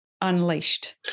unleashed